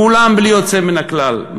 כולם בלי יוצא מן הכלל.